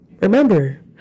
Remember